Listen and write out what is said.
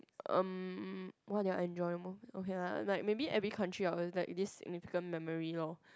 erm what did I enjoy the most okay lah like maybe every country I will like this significant memory lor